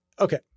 Okay